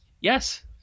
Yes